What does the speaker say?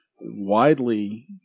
widely